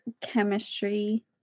chemistry